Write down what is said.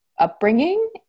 upbringing